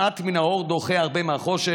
מעט מן האור דוחה הרבה מהחושך.